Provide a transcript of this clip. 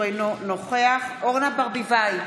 אינו נוכח אורנה ברביבאי,